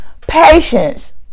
patience